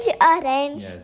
Orange